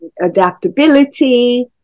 adaptability